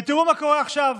ותראו מה קורה עכשיו: